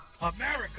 America